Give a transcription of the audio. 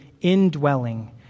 indwelling